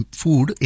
food